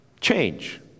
change